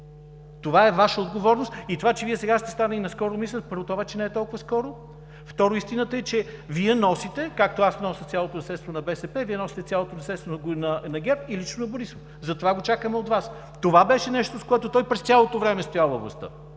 Това е Ваша отговорност и това, че Вие сега сте станали наскоро министър, първо – то вече не е толкова скоро. Второ, истината е, че Вие носите, както аз нося цялото наследство на БСП, Вие носите цялото наследство на ГЕРБ и лично на Борисов. Затова го чакаме от Вас. Това беше нещото, с което той през цялото време стоя във властта